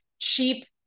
cheap